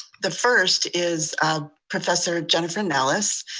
the first is professor jennifer nellis,